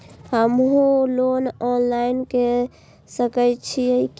हमू loan online के सके छीये की?